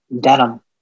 denim